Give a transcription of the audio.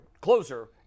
closer